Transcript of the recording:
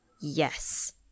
Yes